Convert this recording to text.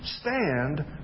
stand